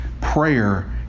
Prayer